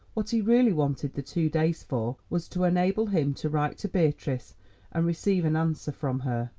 what he really wanted the two days for was to enable him to write to beatrice and receive an answer from her.